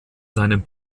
seinem